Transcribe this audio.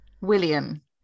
William